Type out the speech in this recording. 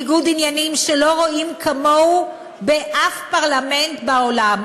ניגוד עניינים שלא רואים כמוהו באף פרלמנט בעולם,